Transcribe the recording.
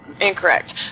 Incorrect